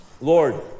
Lord